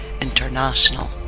International